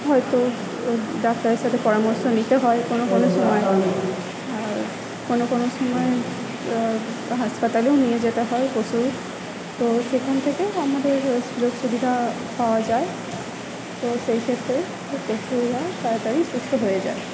হয়তো ডাক্তারের সাথে পরামর্শ নিতে হয় কোনো কোনো সময় কোনো কোনো সময় হাসপাতালেও নিয়ে যেতে হয় পশু তো সেখান থেকে আমাদের সুযোগ সুবিধা পাওয়া যায় তো সেই ক্ষেত্রে পশুরা তাড়াতাড়ি সুস্থ হয়ে যায়